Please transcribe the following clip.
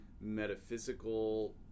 metaphysical